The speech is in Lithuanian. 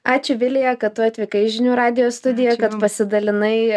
ačiū vilija kad tu atvykai į žinių radijo studiją kad pasidalinai